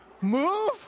Move